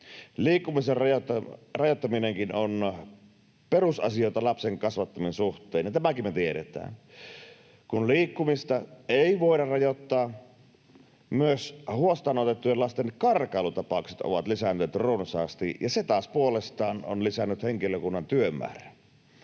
Liikkumisen rajoittaminenkin on perusasioita lapsen kasvattamisen suhteen, ja tämäkin me tiedetään. Kun liikkumista ei voida rajoittaa, myös huostaanotettujen lasten karkailutapaukset ovat lisääntyneet runsaasti, ja se taas puolestaan on lisännyt henkilökunnan työmäärää.